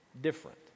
different